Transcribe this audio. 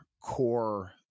core